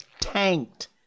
tanked